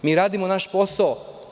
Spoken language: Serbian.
Mi radimo naš posao.